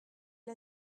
est